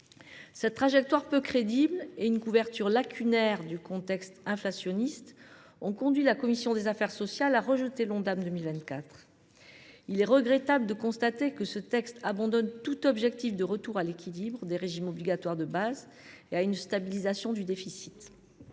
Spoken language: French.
Cette trajectoire peu crédible ainsi qu’une couverture lacunaire du contexte inflationniste ont conduit la commission des affaires sociales à rejeter l’Ondam pour 2024. Il est regrettable de constater que ce texte abandonne tout objectif de retour à l’équilibre des régimes obligatoires de base. Avec un Ondam à plus